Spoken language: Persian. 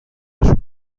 شون